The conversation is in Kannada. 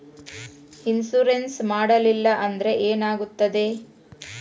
ಇನ್ಶೂರೆನ್ಸ್ ಮಾಡಲಿಲ್ಲ ಅಂದ್ರೆ ಏನಾಗುತ್ತದೆ?